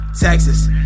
Texas